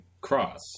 Cross